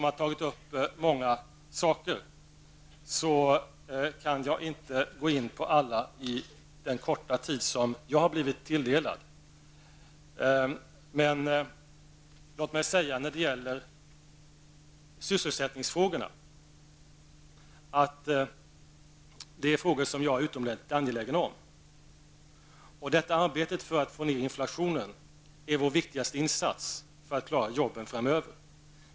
Han tog ju upp många saker, men jag kan inte beröra alla på den korta tid som har tilldelats mig. Beträffande sysselsättningsfrågorna vill jag framhålla att jag är mycket angelägen om att dessa skall lösas. Strävandena för att få ned inflationen är vår viktigaste insats för att klara arbetena framöver.